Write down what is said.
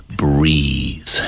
breathe